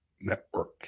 network